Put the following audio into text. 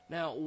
Now